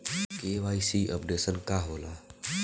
KYC updation का होला?